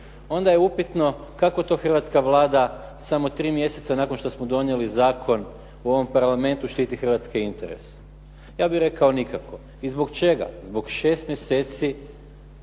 Onda je upitno kako to hrvatska Vlada samo tri mjeseca nakon što smo donijeli zakon u ovom parlamentu štiti hrvatske interese. Ja bih rekao nikako. I zbog čega? Zbog šest mjeseci